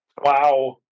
Wow